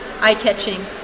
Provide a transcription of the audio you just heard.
eye-catching